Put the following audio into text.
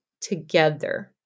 together